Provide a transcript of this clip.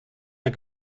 der